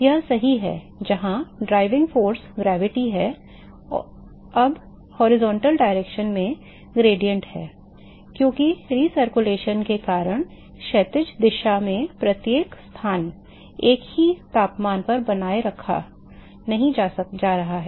यह सही है जहां ड्राइविंग बल गुरुत्वाकर्षण है अब क्षैतिज दिशा में ढाल है क्योंकि पुन परिसंचरण के कारण क्षैतिज दिशा में प्रत्येक स्थान एक ही तापमान पर बनाए रखा नहीं जा रहा है